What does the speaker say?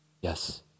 Yes